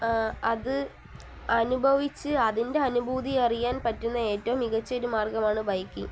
അത് അനുഭവിച്ച് അതിൻ്റെ അനുഭൂതി അറിയാൻ പറ്റുന്ന ഏറ്റവും മികച്ച ഒരു മാർഗ്ഗമാണ് ബൈക്കിംഗ്